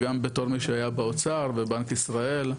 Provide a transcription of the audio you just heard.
גם בתור מי שהיה באוצר ובבנק ישראל.